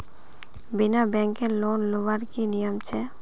बिना बैंकेर लोन लुबार की नियम छे?